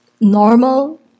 normal